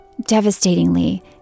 Devastatingly